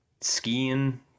skiing